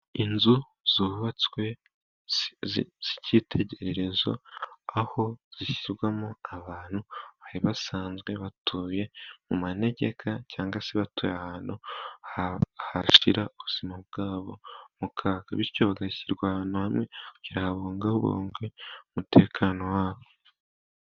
Inzu zubatswe z'ikitegererezo, aho zishyirwamo abantu bari basanzwe batuye mu manegeka, cyangwa se batuye ahantu hashyira ubuzima bwabo mu kaga, bityo bagashyirwa ahantu hamwe kugira ngo habungabungwe umutekano wabo.